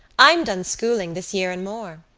i'm done schooling this year and more.